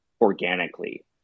organically